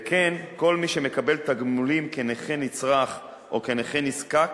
וכן כל מי שמקבל תגמולים כנכה נצרך או כנכה נזקק